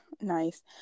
Nice